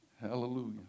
Hallelujah